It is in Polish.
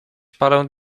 parę